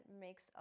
makes